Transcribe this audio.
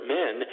men